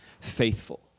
faithful